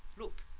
look,